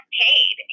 paid